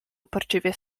uporczywie